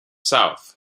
south